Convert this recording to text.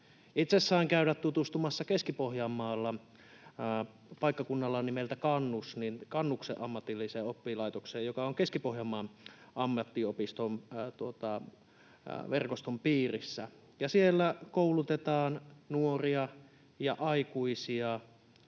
Itse sain käydä tutustumassa Keski-Pohjanmaalla, paikkakunnalla nimeltä Kannus, Kannuksen ammatilliseen oppilaitokseen, joka on Keski-Pohjanmaan ammattiopiston verkoston piirissä, ja siellä koulutetaan nuoria ja aikuisia